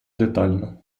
детально